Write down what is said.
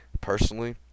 Personally